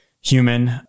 human